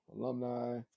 alumni